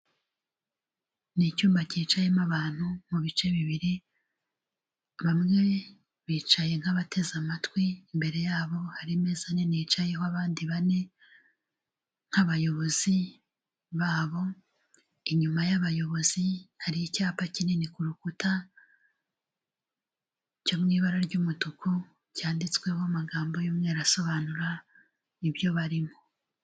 Ni icyumba cyicayemo abantu mu bice bibiri, bamwe bicaye nk'abateze amatwi, imbere yabo hari imeza nini yicayeho abandi bane, nk'abayobozi babo,. Inyuma y'abayobozi hari icyapa kinini ku rukuta cyo mu ibara ry'umutuku, cyanditsweho amagambo y'umweru asobanura ibyo barimo.